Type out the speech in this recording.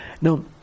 Now